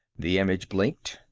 the image blinked,